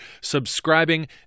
subscribing